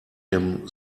him